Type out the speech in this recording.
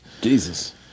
Jesus